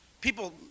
people